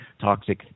toxic